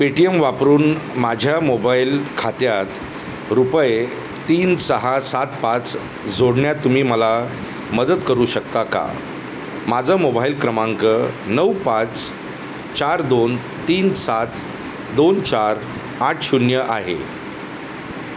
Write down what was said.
Paytm वापरून माझ्या mobile खात्यात रुपये तीन सहा सात पाच जोडण्यात तुम्ही मला मदत करू शकता का माझं मोबाईल क्रमांक नऊ पाच चार दोन तीन सात दोन चार आठ शून्य आहे